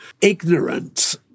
ignorant